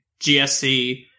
GSC